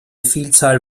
vielzahl